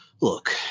look